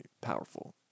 powerful